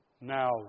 Now